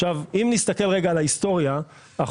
עכשיו, אם נסתכל רגע על ההיסטוריה אחורה,